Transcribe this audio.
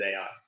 AI